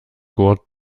gurt